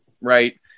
Right